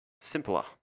simpler